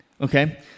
Okay